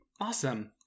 Awesome